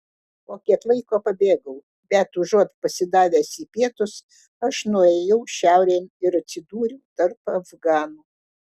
po kiek laiko pabėgau bet užuot pasidavęs į pietus aš nuėjau šiaurėn ir atsidūriau tarp afganų